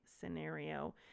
scenario